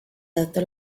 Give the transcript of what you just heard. adoptó